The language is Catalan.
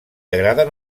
agraden